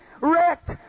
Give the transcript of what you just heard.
Wrecked